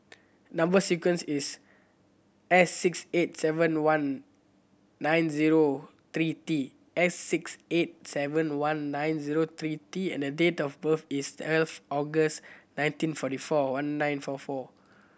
number sequence is S six eight seven one nine zero three T S six eight seven one nine zero three T and date of birth is twelve August nineteen forty four one nine four four